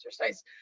exercise